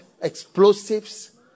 explosives